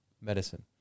medicine